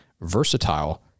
Versatile